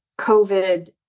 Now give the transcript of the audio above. COVID